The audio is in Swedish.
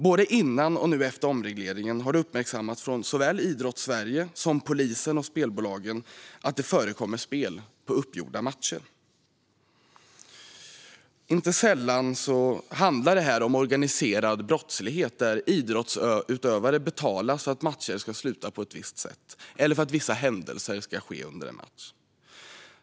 Både före och nu efter omregleringen har det uppmärksammats från såväl Idrottssverige som polisen och spelbolagen att det förekommer spel på uppgjorda matcher. Inte sällan handlar det om organiserad brottslighet. Idrottsutövare betalas för att matcher ska sluta på ett visst sätt eller för att vissa händelser ska ske under en match.